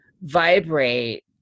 vibrate